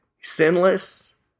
sinless